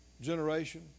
generation